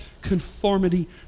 conformity